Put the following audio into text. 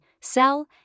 sell